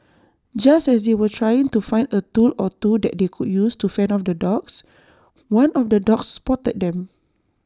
just as they were trying to find A tool or two that they could use to fend off the dogs one of the dogs spotted them